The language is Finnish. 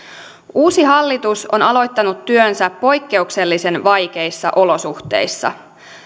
uusi hallitus on aloittanut työnsä poikkeuksellisen vaikeissa olosuhteissa